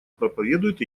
проповедует